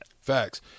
Facts